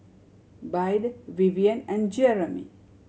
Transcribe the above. Byrd Vivien and Jeremy